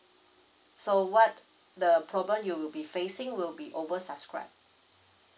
so what the problem you will be facing will be over subscribe